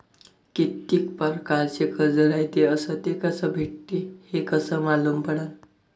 कितीक परकारचं कर्ज रायते अस ते कस भेटते, हे कस मालूम पडनं?